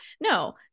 No